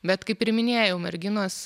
bet kaip ir minėjau merginos